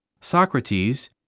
Socrates